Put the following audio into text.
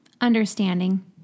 Understanding